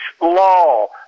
Law